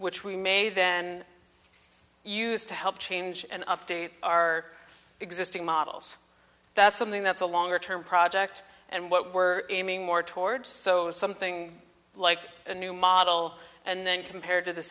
which we may then use to help change and update our existing models that's something that's a longer term project and what we're aiming more towards so something like a new model and then compared to the